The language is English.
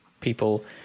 people